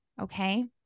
okay